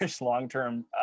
long-term